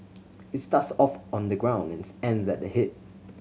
it starts off on the ground and ends at the head